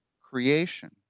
creation